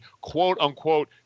quote-unquote